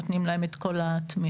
נותנים להם את כל התמיכה.